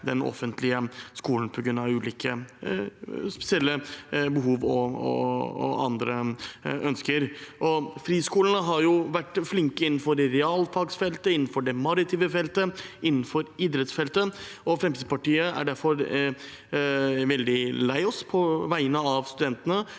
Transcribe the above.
den offentlige skolen på grunn av ulike spesielle behov og andre ønsker. Friskolene har vært flinke innenfor realfagsfeltet, innenfor det maritime feltet og innenfor idrettsfeltet, og vi i Fremskrittspartiet er derfor veldig lei oss på vegne av studentene